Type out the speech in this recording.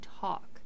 talk